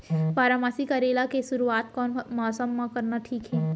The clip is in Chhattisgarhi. बारामासी करेला के शुरुवात कोन मौसम मा करना ठीक हे?